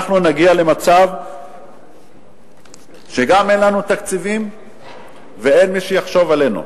אנחנו נגיע למצב שגם אין לנו תקציבים ואין מי שיחשוב עלינו.